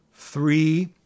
Three